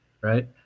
right